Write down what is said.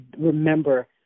remember